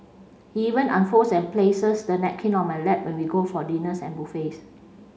he even unfolds and places the napkin on my lap when we go for dinners and buffets